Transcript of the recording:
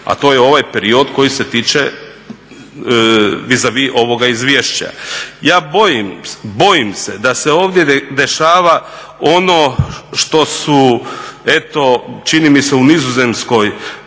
a to je ovaj period koji se tiče vis a vis ovoga izvješća. Bojim se da se ovdje dešava ono što su eto čini mi se u Nizozemskoj